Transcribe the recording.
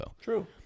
True